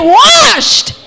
washed